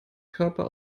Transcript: körper